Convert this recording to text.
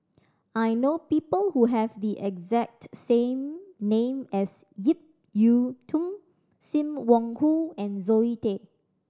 I know people who have the exact same name as Ip Yiu Tung Sim Wong Hoo and Zoe Tay